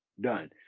done